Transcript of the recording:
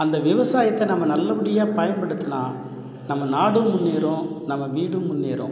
அந்த விவசாயத்தை நம்ம நல்லபடியாக பயன்படுத்தினால் நம்ம நாடும் முன்னேறும் நம்ம வீடும் முன்னேறும்